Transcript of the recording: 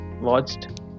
watched